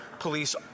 Police